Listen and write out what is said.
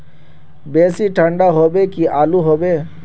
बेसी ठंडा होबे की आलू होबे